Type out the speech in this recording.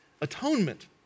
atonement